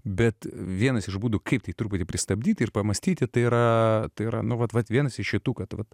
bet vienas iš būdų kaip tai truputį pristabdyti ir pamąstyti tai yra tai yra nu vat vat vienas iš tų kad vat